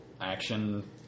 action